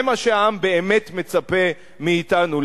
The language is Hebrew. זה מה שהעם באמת מצפה מאתנו,